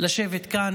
לשבת כאן,